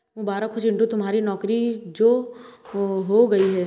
मुबारक हो चिंटू तुम्हारी नौकरी जो हो गई है